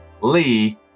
Lee